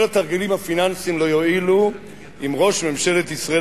כל התרגילים הפיננסיים לא יועילו אם ראש ממשלת ישראל,